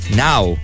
now